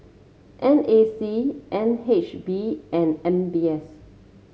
N A C N H B and M B S